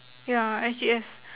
ya S_G_S